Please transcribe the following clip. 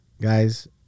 guys